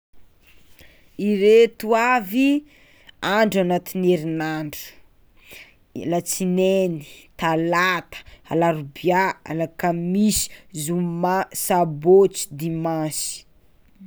Ireto avy andro agnatin'ny erinandro: alatsinainy, talata, alarobià, alakamisy, zoma, sabôtsy, dimansy.